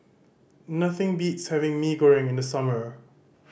nothing beats having Mee Goreng in the summer